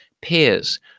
peers